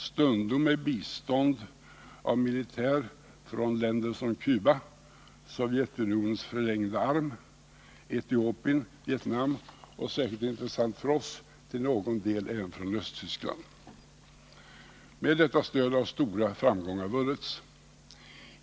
Stundom skedde det med bistånd av militär från länder som Cuba — Sovjetunionens förlängda arm —, Etiopien, Vietnam och, särskilt intressant för oss, till någon del även Östtyskland. Med detta stöd har stora framgångar vunnits.